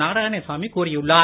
நாராயணசாமி கூறியுள்ளார்